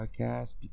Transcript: podcast